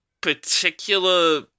particular